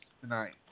tonight